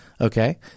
okay